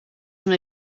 una